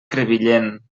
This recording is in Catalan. crevillent